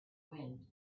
wind